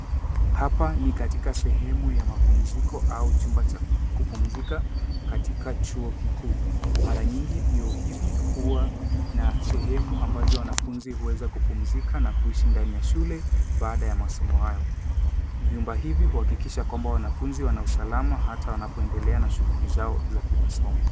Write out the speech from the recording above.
Hapa ni katika sehemu ya mapamziko au chumba cha kupumzika katika chuo kikuu. Mara nyingi vyuo hivi huwa na sehemu ambazo wanafunzi huweza kupumzika na kuishi ndani ya shule baada ya masomo hayo. Vyumba hivi huhakikisha kwamba wanafunzi wana usalama hata wanapoendelea na shughuli zao za kimasomo.